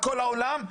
כל העולם,